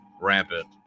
rampant